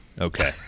Okay